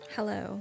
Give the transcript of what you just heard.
Hello